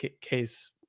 case